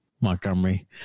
Montgomery